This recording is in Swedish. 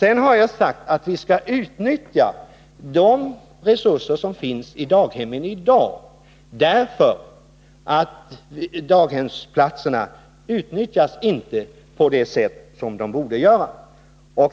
Jag har sagt att vi skall utnyttja de resurser som finns i daghemmen i dag, därför att daghemsplatserna inte utnyttjas på det sätt som de borde.